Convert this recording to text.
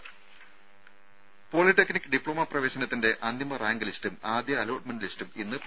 രുര polytechnic diploma പ്രവേശനത്തിന്റെ അന്തിമ റാങ്ക് ലിസ്റ്റും ആദ്യ അലോട്ട്മെന്റ് ലിസ്റ്റും ഇന്ന് പ്രസിദ്ധീകരിക്കും